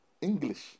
English